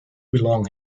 belong